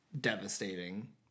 devastating